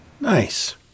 Nice